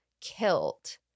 killed